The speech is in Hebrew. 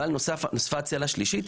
אבל נוספה צלע שלישית,